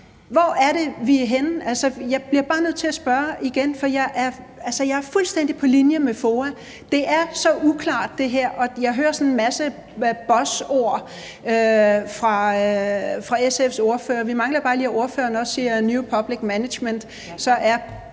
Hvor er det, vi er henne? Jeg bliver bare nødt til at spørge om det igen, for jeg er fuldstændig på linje med FOA. Det her er så uklart. Jeg hører sådan en masse buzzord fra SF's ordfører. Vi mangler bare, at ordføreren også lige siger new public management,